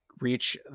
reach